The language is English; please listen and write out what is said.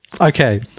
Okay